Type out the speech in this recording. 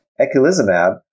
Eculizumab